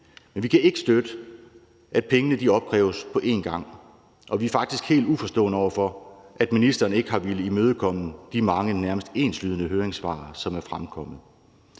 men vi kan ikke støtte, at pengene opkræves på en gang, og vi er faktisk helt uforstående over for, at ministeren ikke har villet imødekomme de mange nærmest enslydende høringssvar, som er fremkommet,